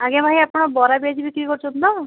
ଆଜ୍ଞା ଭାଇ ଆପଣ ବରା ପିଆଜି ବିକ୍ରି କରୁଛନ୍ତି ତ